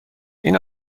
این